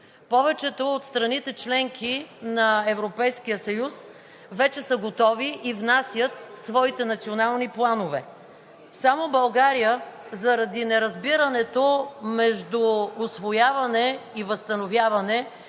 Повечето от страните – членки на Европейския съюз, вече са готови и внасят своите национални планове. Само в България – заради неразбирането между усвояване и възстановяване